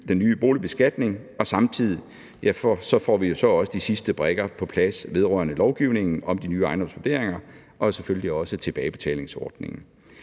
den nye boligbeskatning, og samtidig får vi så også de sidste brikker på plads vedrørende lovgivningen om de nye ejendomsvurderinger og selvfølgelig også tilbagebetalingsordningen.